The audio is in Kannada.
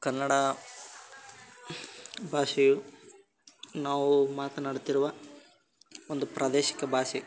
ಕನ್ನಡ ಭಾಷೆಯು ನಾವು ಮಾತನಾಡುತ್ತಿರುವ ಒಂದು ಪ್ರಾದೇಶಿಕ ಭಾಷೆ